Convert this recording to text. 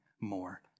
more